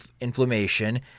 inflammation